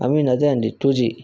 I mean అదే అండి two G